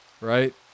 Right